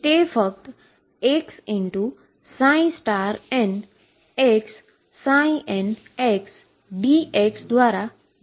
તે ફક્ત x xmxnxdx દ્વારા ગુણાકાર કરે છે